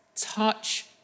Touch